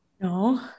No